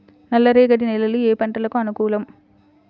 నల్లరేగడి నేలలు ఏ పంటలకు అనుకూలం?